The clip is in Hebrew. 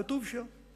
כתוב שם.